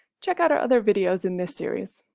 check out our other videos in this series.